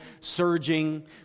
surging